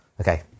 okay